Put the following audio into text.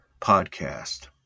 podcast